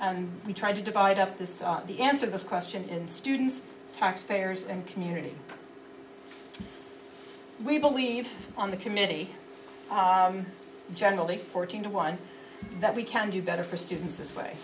and we try to divide up the so the answer this question in students taxpayers and community we believe on the committee generally fourteen to one that we can do better for students this way